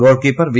goalkeeper V